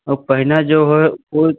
और पहिना जो है वह